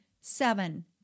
Seven